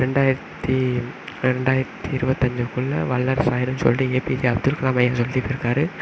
ரெண்டாயிரத்தி ரெண்டாயிரத்தி இருபத்தஞ்சிக்குள்ள வல்லரசு ஆயிடும்னு சொல்லிட்டு ஏபிஜே அப்துல் கலாம் ஐயா சொல்லிட்டுருக்கார்